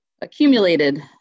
accumulated